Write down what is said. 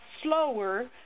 slower